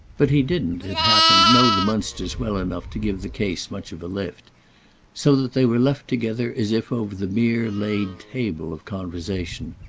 but he didn't, it happened, know the munsters well enough to give the case much of a lift so that they were left together as if over the mere laid table of conversation.